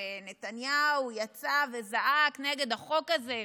ונתניהו יצא וזעק נגד החוק הזה.